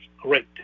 Great